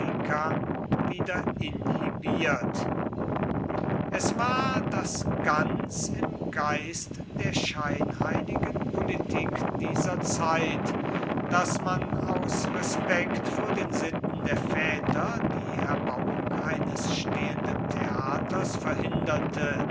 wieder inhibiert es war das ganz im geiste der scheinheiligen politik dieser zeit daß man aus respekt vor den sitten der väter die erbauung eines stehenden theaters verhinderte